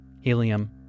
Helium